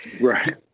Right